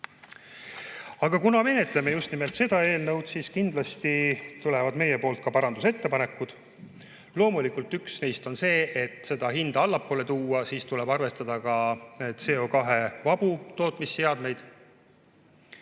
Aga kuna me menetleme just nimelt seda eelnõu, siis kindlasti tulevad meie poolt ka parandusettepanekud. Üks neist on loomulikult see, et kui hinda allapoole tuua, siis tuleb arvestada ka CO2-vabu tootmisseadmeid.